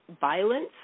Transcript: violence